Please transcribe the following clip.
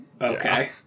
Okay